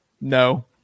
no